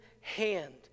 hand